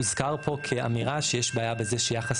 הוזכר פה כאמירה שיש בעיה בזה שייחס